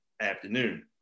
afternoon